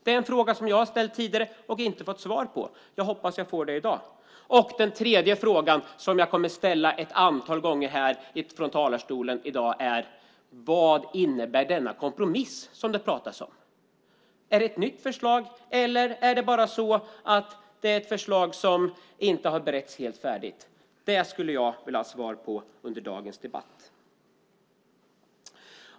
Det är en fråga som jag har ställt tidigare och inte fått svar på. Jag hoppas att jag får det i dag. Ytterligare en fråga som jag kommer att ställa ett antal gånger från talarstolen i dag är: Vad innebär den kompromiss som det pratas om? Är det ett nytt förslag, eller är det bara ett förslag som inte har beretts helt färdigt? Det skulle jag vilja ha svar på under dagens debatt.